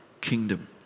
kingdom